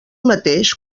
mateix